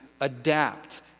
adapt